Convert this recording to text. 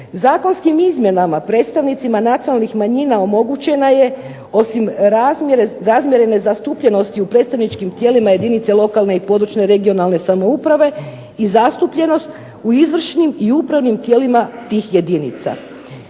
Zakonskim izmjenama predstavnicima nacionalnih manjina omogućeno je osim razmjerne zastupljenosti u predstavničkih tijela jedinica lokalne i područne (regionalne) samouprave i zastupljenost u izvršnim i upravnim tijelima tih jedinica.